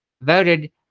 voted